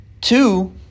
Two